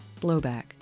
Blowback